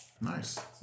Nice